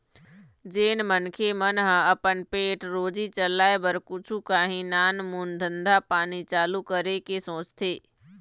जेन मनखे मन ह अपन पेट रोजी चलाय बर कुछु काही नानमून धंधा पानी चालू करे के सोचथे